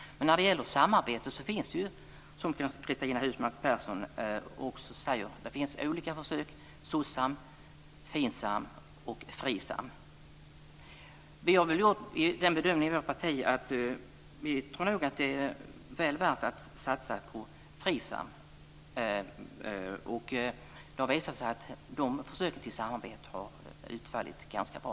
Men när det gäller samarbete finns det, som Cristina Husmark Pehrsson också säger, olika försök: SOCSAM, FINSAM OCH FRISAM. Vi har gjort den bedömningen i vårt parti att det nog är väl värt att satsa på FRISAM. Det har visat sig att de försöken till samarbete har utfallit ganska bra.